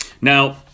Now